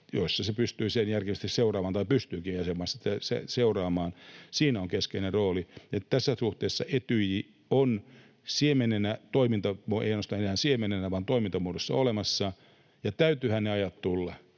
joissa se pystyy siellä järkevästi seuraamaan — tai pystyykin seuraamaan. Siinä on keskeinen rooli. Tässä suhteessa Etyj on siemenenä, ei ainoastaan enää siemenenä vaan toimintamuodossa olemassa. Täytyyhän niiden aikojen tulla,